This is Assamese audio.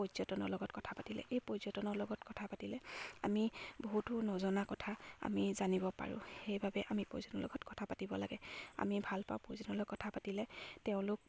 পৰ্যটনৰ লগত কথা পাতিলে এই পৰ্যটনৰ লগত কথা পাতিলে আমি বহুতো নজনা কথা আমি জানিব পাৰোঁ সেইবাবে আমি পৰ্যটনৰ লগত কথা পাতিব লাগে আমি ভাল পাওঁ পৰ্যটনৰ লগত কথা পাতিলে তেওঁলোক